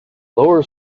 lower